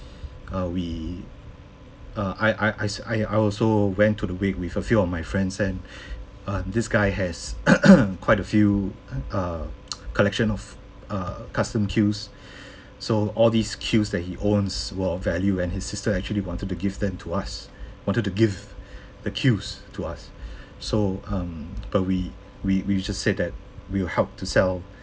uh we uh I I I s~ I also went to the wake with a few of my friends and uh this guy has quite a few err collection of uh custom cues so all these cues that he owns were of value and his sister actually wanted to give them to us wanted to give the cues to us so um but we we we just said that we'll help to sell